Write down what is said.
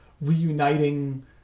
reuniting